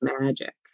magic